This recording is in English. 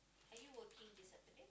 are you working this Saturday